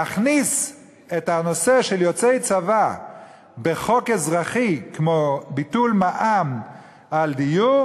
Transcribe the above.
להכניס את הנושא של יוצאי צבא בחוק אזרחי כמו ביטול מע"מ על דיור